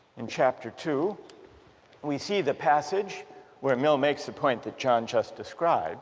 in chapter two we see the passage where mill makes the point that john just described